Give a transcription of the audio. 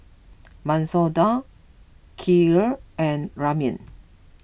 Masoor Dal Kheer and Ramen